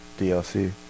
DLC